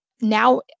now